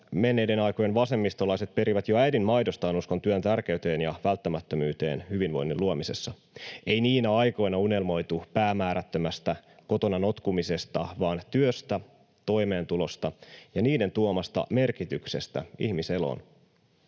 Menneiden aikojen vasemmistolaiset perivät jo äidinmaidostaan uskon työn tärkeyteen ja välttämättömyyteen hyvinvoinnin luomisessa. Ei niinä aikoina unelmoitu päämäärättömästä kotona notkumisesta vaan työstä, toimeentulosta ja niiden tuomasta merkityksestä ihmiseloon.